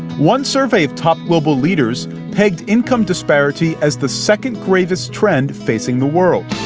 one survey of top global leaders pegged income disparity as the second greatest trend facing the world.